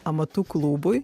amatų klubui